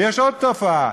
ויש עוד תופעה,